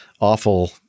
awful